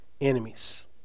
enemies